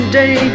day